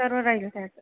सर्व राहील त्यात